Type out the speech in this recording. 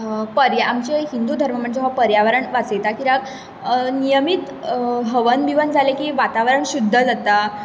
पर्या आमचे हिंदू धर्म म्हणजे हो पर्यावरण वाचयता कित्याक नियमीत हवन बिवन जालें की वातावरण शुद्द जाता